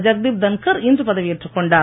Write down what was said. ஜக்தீப் தன்கர் இன்று பதவியேற்றுக் கொண்டார்